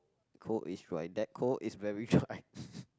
cold is right that cold is very